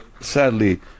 sadly